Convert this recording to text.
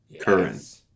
current